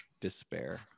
despair